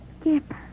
Skip